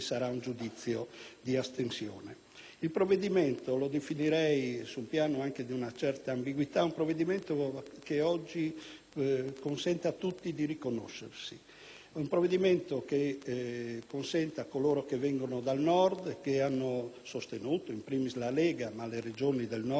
il disegno di legge, sul piano anche di una certa ambiguità, un provvedimento che oggi consente a tutti di riconoscersi; un provvedimento che consente a coloro che vengono dal Nord e che lo hanno sostenuto (*in primis* la Lega, ma le Regioni del Nord in particolare, che si sono battute sulla questione